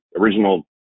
original